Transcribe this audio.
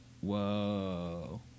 Whoa